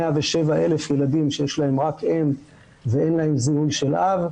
כ-107,000 ילדים שיש להם רק אם ואין להם זיהוי של אב,